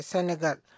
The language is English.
Senegal